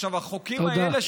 החוקים האלה, תודה.